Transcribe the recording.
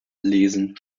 lesen